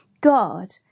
God